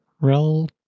Rel